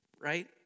right